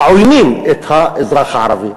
העוינים את האזרח הערבי.